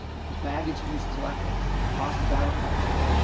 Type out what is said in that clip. the baggage fees collected, the cost of advertising,